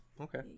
Okay